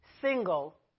single